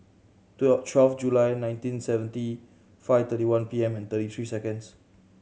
twelve July nineteen seventy five thirty one P M and thirty three seconds